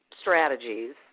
strategies